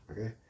okay